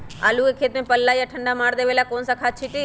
आलू के खेत में पल्ला या ठंडा मार देवे पर कौन खाद छींटी?